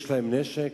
יש להם נשק,